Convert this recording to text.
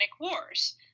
wars